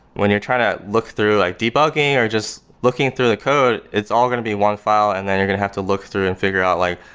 when you're trying to look through like debugging, or just looking through the code, it's all going to be one file, and then you're going to have to look through and figure out like,